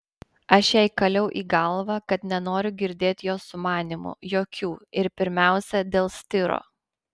aš jai kaliau į galvą kad nenoriu girdėt jos sumanymų jokių ir pirmiausia dėl stiro